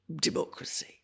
democracy